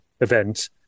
event